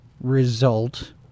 result